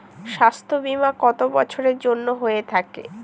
স্বাস্থ্যবীমা কত বছরের জন্য হয়ে থাকে?